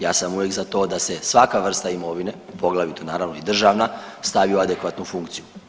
Ja sam uvijek za to da se svaka vrsta imovine, poglavito naravno i državna stavi u adekvatnu funkciju.